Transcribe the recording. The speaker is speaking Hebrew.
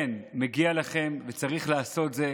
כן, מגיע לכם, וצריך לעשות זאת